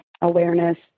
awareness